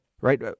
Right